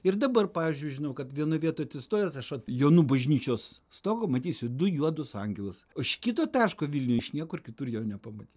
ir dabar pavyzdžiui žinau kad vienoj vietoj atsistojęs aš ant jonų bažnyčios stogo matysiu du juodus angelus o iš kito taško vilniuj iš niekur kitur jo nepamatyt